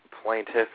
Plaintiff